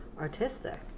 artistic